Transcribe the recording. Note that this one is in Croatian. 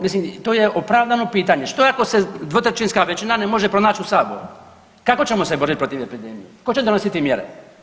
Mislim to je opravdano pitanje, što ako se dvotrećinska većina ne može pronać u Saboru kako ćemo se borit protiv epidemije, tko će donosit mjere?